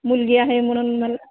मुलगी आहे म्हणून मला